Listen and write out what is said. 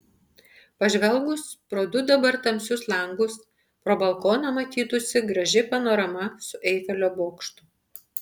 pažvelgus pro du dabar tamsius langus pro balkoną matytųsi graži panorama su eifelio bokštu